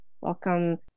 Welcome